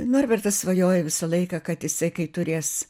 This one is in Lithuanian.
norbertas svajojo visą laiką kad jisai kai turės